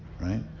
right